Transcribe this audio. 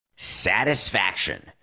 satisfaction